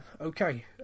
okay